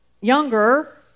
younger